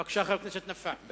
בבקשה, חבר הכנסת נפאע.